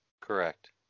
Correct